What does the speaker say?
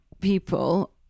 people